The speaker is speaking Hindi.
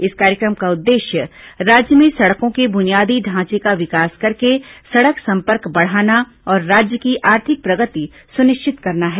इस कार्यक्रम का उद्देश्य राज्य में सड़कों के बुनियादी ढांचे का विकास करके सड़क संपर्क बढ़ाना और राज्य की आर्थिक प्रगति सुनिश्चित करना है